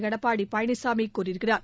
எடப்பாடி பழனிசாமி கூறியிருக்கிறார்